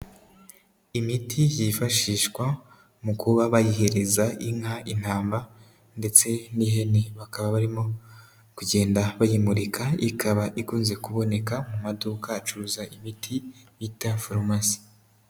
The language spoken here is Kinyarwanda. Imiti yifashishwa mu kuba bayihereza inka, intama ndetse n'ihene. Bakaba barimo kugenda bayimurika, ikaba ikunze kuboneka mu maduka acuruza imiti bita Farumasi.